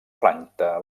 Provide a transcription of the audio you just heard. planta